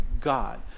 God